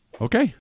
Okay